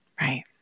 Right